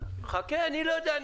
חכה, אני לא יודע.